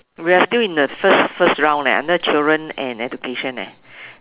we are still in the first first round leh under children and education eh